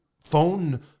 phone